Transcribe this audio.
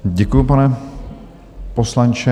Děkuji, pane poslanče.